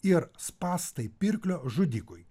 ir spąstai pirklio žudikui